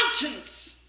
conscience